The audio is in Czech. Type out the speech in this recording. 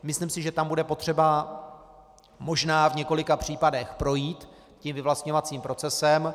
Myslím si, že tam bude potřeba možná v několika případech projít vyvlastňovacím procesem.